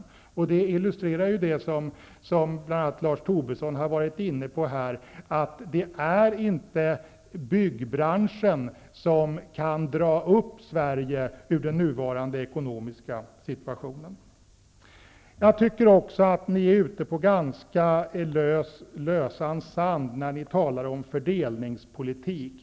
Detta faktum illustrerar det som bl.a. Lars Tobisson har tagit upp här i debatten, nämligen att byggbranschen inte kan dra upp Sverige ur den nuvarande ekonomiska svackan. Jag tycker också att Socialdemokraterna är ute på ganska lösan sand när de talar om fördelningspolitik.